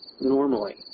normally